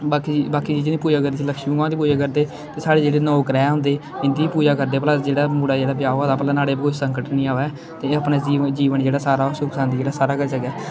बाकी बाकी चीजें दी पूजा करदे लक्ष्मी भगवान दी पूजा करदे ते साढ़े जेह्ड़े नौ ग्रह् होंदे इं'दी बी पूजा करदे भला जेह्ड़ा मुड़ा जेह्दा ब्याह् होआ दा भला न्हाड़े उप्पर कोई सकंट निं आवै ते एह् अपने जीवन जीवन जेह्ड़ा सारा ओह् सुख शांति जेह्ड़ा सारा करी सकै